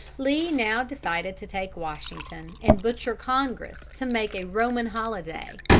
lee now decided to take washington and butcher congress to make a roman holiday.